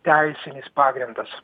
teisinis pagrindas